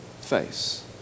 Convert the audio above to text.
face